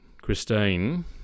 Christine